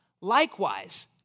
Likewise